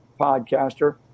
podcaster